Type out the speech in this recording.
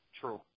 True